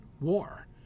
war